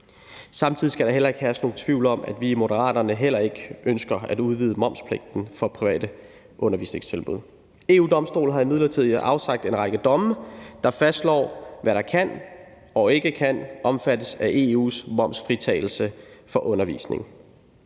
Samtidig skal der heller ikke herske nogen tvivl om, at vi i Moderaterne heller ikke ønsker at udvide momspligten for private undervisningstilbud. EU-Domstolen har imidlertid afsagt en række domme, der fastslår, hvad der kan og ikke kan omfattes af EU's momsfritagelse for undervisning.